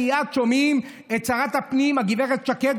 מייד שומעים את שרת הפנים הגב' שקד,